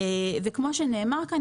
כפי שנאמר כאן,